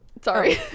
sorry